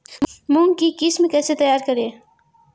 मूंग की किस्म कैसे तैयार करें?